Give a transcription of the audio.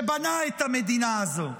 שבנה את המדינה הזו.